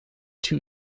two